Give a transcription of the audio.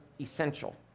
essential